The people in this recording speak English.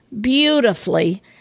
beautifully